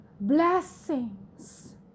Blessings